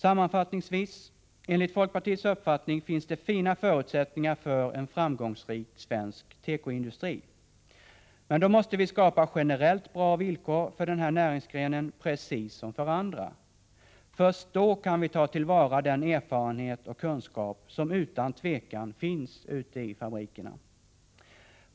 Sammanfattningsvis vill jag säga att det enligt folkpartiets uppfattning finns goda förutsättningar för en framgångsrik svensk tekoindustri. Men då måste vi skapa generellt bra villkor för denna näringsgren precis som för andra. Först då kan vi ta till vara den erfarenhet och kunskap som utan tvivel finns ute i fabrikerna.